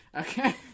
Okay